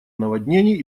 наводнений